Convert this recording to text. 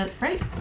right